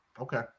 Okay